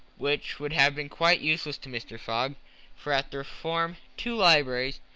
which would have been quite useless to mr. fogg for at the reform two libraries,